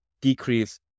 decrease